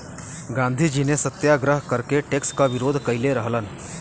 गांधीजी ने सत्याग्रह करके टैक्स क विरोध कइले रहलन